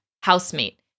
housemate